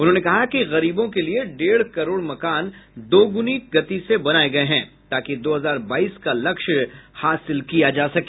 उन्होंने कहा कि गरीबों के लिए डेढ़ करोड़ मकान दोगुनी गति से बनाये गये हैं ताकि दो हजार बाईस का लक्ष्य हासिल किया जा सके